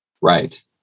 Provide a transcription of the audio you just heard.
Right